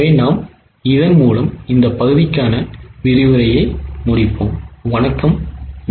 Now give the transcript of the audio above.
நாம் இந்தப் பகுதிக்கான விரிவுரையை இத்துடன் முடிப்போம் வணக்கம் நன்றி